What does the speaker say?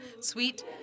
sweet